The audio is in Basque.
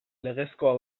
legezkoa